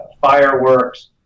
fireworks